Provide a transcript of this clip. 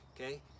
okay